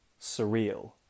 surreal